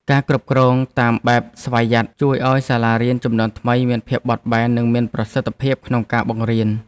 ការគ្រប់គ្រងតាមបែបស្វយ័តជួយឱ្យសាលារៀនជំនាន់ថ្មីមានភាពបត់បែននិងមានប្រសិទ្ធភាពក្នុងការបង្រៀន។